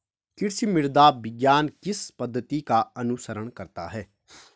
कृषि मृदा विज्ञान किस पद्धति का अनुसरण करता है?